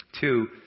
Two